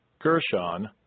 Gershon